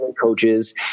coaches